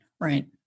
right